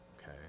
okay